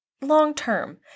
long-term